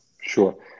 Sure